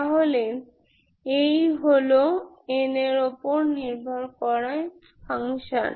তাহলে এই হল n এর ওপর নির্ভর করে ফাংশান